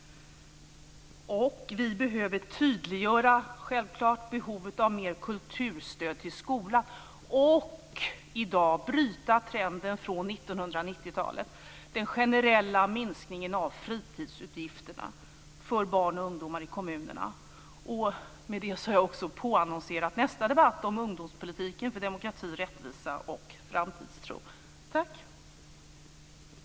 Vi behöver tydliggöra behovet av mer kulturstöd till skolan och i dag bryta trenden från 1990-talet. Det handlar om den generella minskningen av fritidsutgifterna för barn och ungdomar i kommunerna. Med detta har jag också påannonserat nästa debatt om ungdomspolitiken för demokrati, rättvisa och framtidstro. Tack!